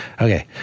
Okay